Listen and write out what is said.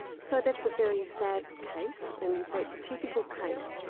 so that's a very sad case and you say it's a typical case.